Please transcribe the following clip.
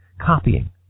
copying